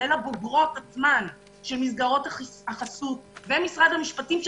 כולל הבוגרות עצמן של מסגרות החסות ומשרד המשפטים,